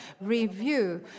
review